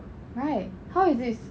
right how is this